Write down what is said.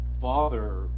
father